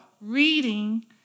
reading